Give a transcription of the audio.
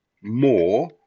more